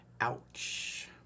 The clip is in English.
Ouch